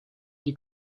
die